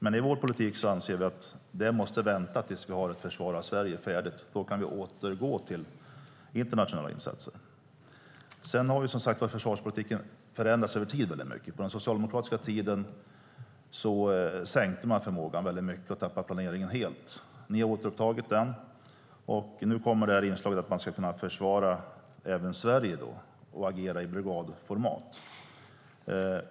Men vi anser att de måste vänta tills vi har ett försvar av Sverige färdigt. Då kan vi återgå till internationella insatser. Försvarspolitiken har förändrats över tiden. På den socialdemokratiska tiden sänktes förmågan mycket och planeringen tappades helt. Ni har återupptagit planeringen, och nu kommer inslaget att försvara även Sverige och agera i brigadformat.